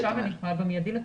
אני יכולה במיידי.